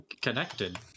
Connected